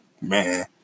man